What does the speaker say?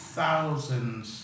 thousands